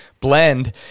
blend